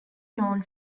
known